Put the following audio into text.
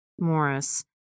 Morris